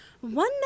one